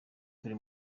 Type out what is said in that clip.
turi